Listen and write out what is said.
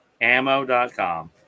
ammo.com